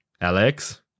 Alex